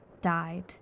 died